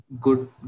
good